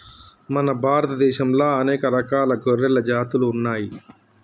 మన భారత దేశంలా అనేక రకాల గొర్రెల జాతులు ఉన్నయ్యి